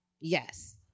Yes